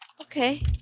Okay